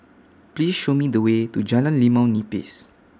Please Show Me The Way to Jalan Limau Nipis